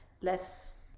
less